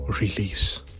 release